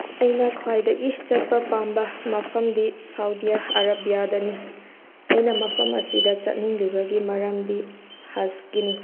ꯑꯩꯅ ꯈꯋꯥꯏꯗꯒꯤ ꯆꯠꯄ ꯄꯥꯝꯕ ꯃꯐꯝꯗꯤ ꯁꯥꯎꯗꯤ ꯑꯔꯥꯕꯤꯌꯥꯗꯅꯤ ꯑꯩꯅ ꯃꯐꯝ ꯑꯁꯤꯗ ꯆꯠꯅꯤꯡꯂꯤꯕꯒꯤ ꯃꯔꯝꯗꯤ ꯍꯁꯀꯤꯅꯤ